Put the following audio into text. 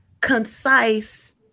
concise